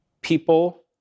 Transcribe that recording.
people